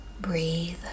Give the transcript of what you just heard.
breathe